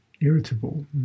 irritable